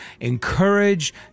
encourage